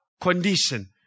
condition